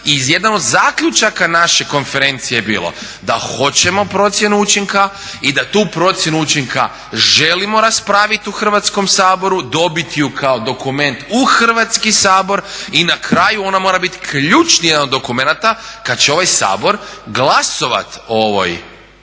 I jedan od zaključaka naše konferencije je bilo da hoćemo procjenu učinka i da tu procjenu učinka želimo raspraviti u Hrvatskom saboru, dobiti je kao dokument u Hrvatski sabor i na kraju ona mora biti ključni jedan od dokumenata kada će ovaj Sabor glasovati o